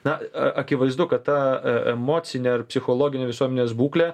na akivaizdu kad ta emocinė ar psichologinė visuomenės būklė